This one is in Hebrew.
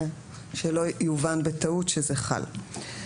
שלא יובן בטעות שזה חל.